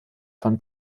von